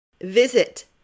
Visit